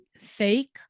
fake